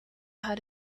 how